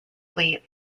fleet